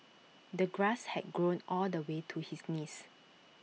the grass had grown all the way to his knees